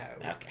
okay